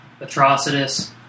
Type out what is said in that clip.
Atrocitus